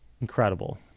Incredible